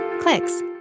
clicks